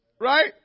right